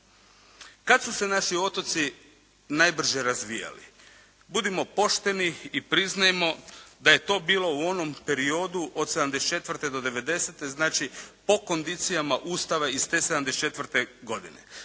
Kad su se naši otoci najbrže razvijali? Budimo pošteni i priznajmo da je to bilo u onom periodu od '74. do '90., znači po kondicijama Ustava iz te '74. godine.